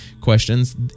questions